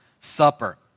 Supper